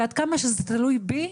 עד כמה שזה תלוי בי,